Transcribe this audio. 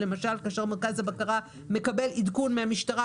כאשר מרכז הבקרה מקבל עדכון מהמשטרה,